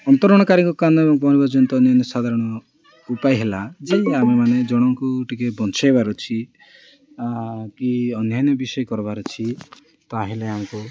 ଅନ୍ତରଣ କାରୀଙ୍କ କାନ ଚିନ୍ତନୀୟ ସାଧାରଣ ଉପାୟ ହେଲା ଯେ ଆମେମାନେ ଜଣଙ୍କୁ ଟିକେ ବଞ୍ଚେଇବାର ଅଛି କି ଅନ୍ୟାନ୍ୟ ବିଷୟ କର୍ବାର୍ ଅଛି ତା'ହେଲେ ଆମକୁ